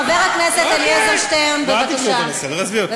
חבר הכנסת אלעזר שטרן, בבקשה.